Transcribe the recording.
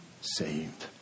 saved